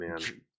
man